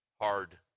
hard